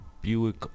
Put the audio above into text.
Buick